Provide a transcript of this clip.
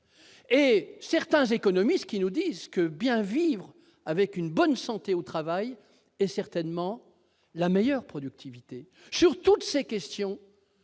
! Certains économistes nous disent pourtant que bien vivre avec une bonne santé au travail est certainement le meilleur facteur de productivité. Sur toutes ces questions,